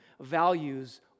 values